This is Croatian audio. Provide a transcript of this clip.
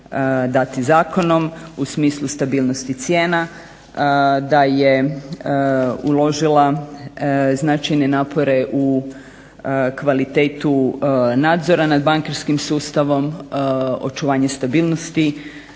dati zakonom u smislu stabilnosti cijena, da je uložila značajne napore u kvalitetu nadzora nad bankarskim sustavom, očuvanje stabilnosti